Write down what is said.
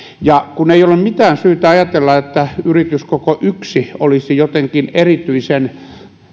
ja kun ei ole mitään syytä ajatella että yrityskoko yksi olisi jotenkin erityisen